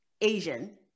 Asian